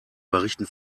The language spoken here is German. berichten